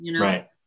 Right